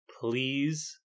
Please